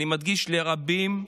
אני מדגיש: לרבים,